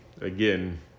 Again